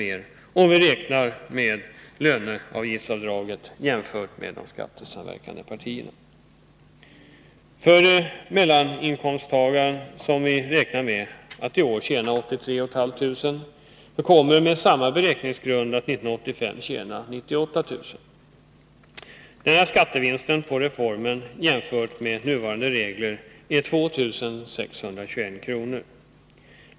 mer om vi räknar med löneavgiftsavdraget jämfört med vad som föreslås av de skattesamverkande partierna. Mellaninkomsttagaren, som vi beräknar kommer att i år tjäna 83 500 kr., kommer med samma beräkningsgrund att 1985 tjäna 98000 kr. Hans skattevinst på reformen jämfört med nuvarande regler är 2621 kr.